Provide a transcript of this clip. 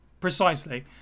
Precisely